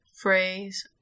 phrase